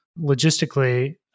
logistically